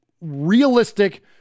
realistic